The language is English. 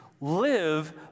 Live